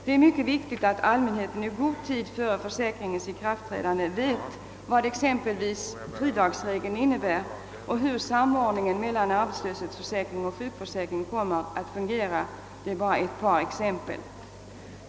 Det är angeläget att allmänheten i god tid före försäkringens ikraftträdande vet exempelvis vad fridagsregeln innebär och hur samordningen mellan arbetslöshetsförsäkringen och sjukförsäkringen fungerar — för att nu bara ta ett par exempel.